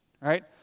right